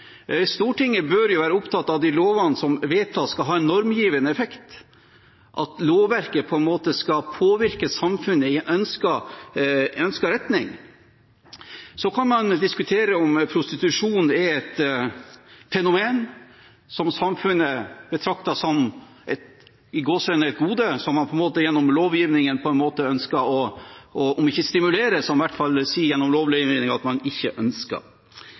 Stortinget bør være opptatt av at lovene som vedtas, skal ha en normgivende effekt, at lovverket skal påvirke samfunnet i ønsket retning. Så kan man diskutere om prostitusjon er et fenomen som samfunnet betrakter som et «gode», som man gjennom lovgivningen ønsker om ikke å stimulere, så i hvert fall å si noe om hva man ikke ønsker. Det er hevet over enhver tvil at